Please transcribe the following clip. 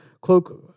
Cloak